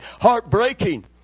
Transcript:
heartbreaking